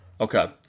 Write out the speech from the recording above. Okay